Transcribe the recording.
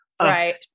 Right